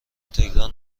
تکرار